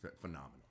phenomenal